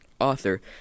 author